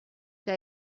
que